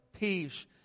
Peace